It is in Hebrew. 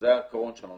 זה העיקרון שלנו,